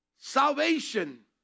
Salvation